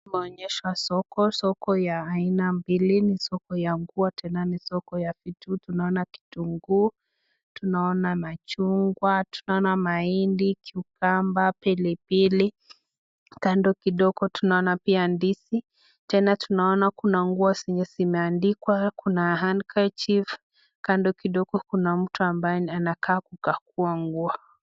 Tumeonyeshwa soko, soko ya aina mbili, ni soko ya nguo, tena ni soko ya vitu. Tunaona kitunguu, tunaona machungwa, tunaona mahindi, kiukamba, pilipili. Kando kidogo tunaona pia ndizi. Tena tunaona kuna nguo zenye zimeandikwa, kuna handkerchief . Kando kidogo kuna mtu ambaye anakaa kukagua nguo.